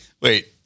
Wait